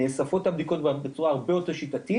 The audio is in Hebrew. נאספות הבדיקות בצורה הרבה יותר שיטתית